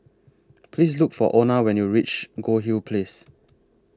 Please Look For Ona when YOU REACH Goldhill Place